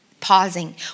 pausing